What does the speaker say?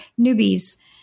newbies